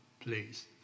please